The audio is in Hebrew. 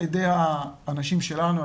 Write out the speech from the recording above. על ידי האנשים שלנו,